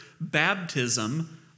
baptism